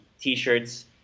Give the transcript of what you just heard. t-shirts